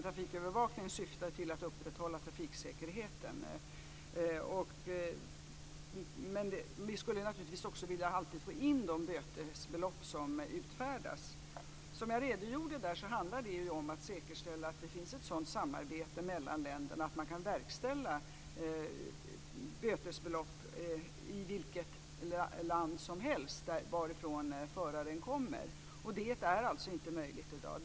Trafikövervakningen syftar till att upprätthålla trafiksäkerheten, men vi skulle naturligtvis alltid också vilja få in de bötesbelopp som utfärdas. Som jag redogjorde för handlar det om att säkerställa ett sådant samarbete mellan länderna att man kan verkställa böter i det land varifrån föraren kommer. Det är alltså inte möjligt i dag.